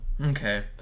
Okay